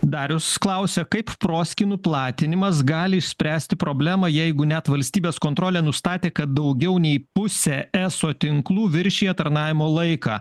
darius klausia kaip proskynų platinimas gali išspręsti problemą jeigu net valstybės kontrolė nustatė kad daugiau nei pusė eso tinklų viršija tarnavimo laiką